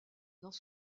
dans